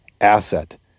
asset